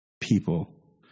people